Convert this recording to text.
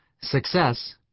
Success